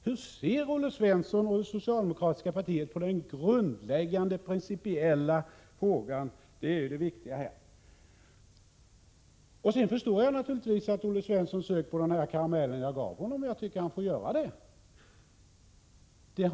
Hur ser Olle Svensson och det socialdemokratiska partiet på denna grundläggande principiella fråga? Jag förstår vidare att Olle Svensson sög på den karamell som jag gav honom, och det tycker jag att han kan få göra.